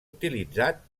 utilitzat